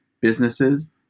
businesses